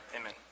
Amen